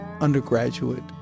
undergraduate